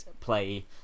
play